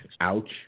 ouch